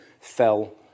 fell